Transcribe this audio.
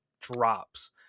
drops